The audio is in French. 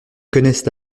connaissent